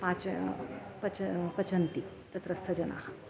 पाचनं पच पचन्ति तत्रस्थ जनाः